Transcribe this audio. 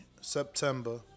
September